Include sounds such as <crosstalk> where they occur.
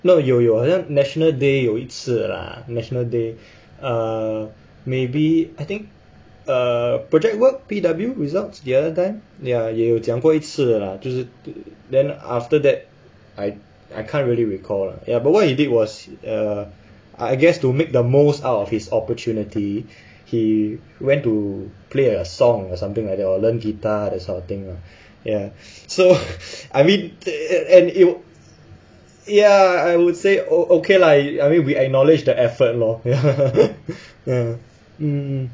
no 有有好像 national day 有一次 lah national day err maybe I think uh project work P_W results the other time ya 也有讲过一次 lah 就是 then after that I I can't really recall lah ya but what he did was uh I guess to make the most out of his opportunity he went to play a song or something like that or learn guitar that sort of thing lah ya so I mean ya I would say oh okay lah I mean we we acknowledge the effort lor <laughs>